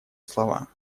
слова